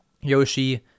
Yoshi